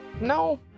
No